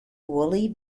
woolly